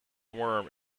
worm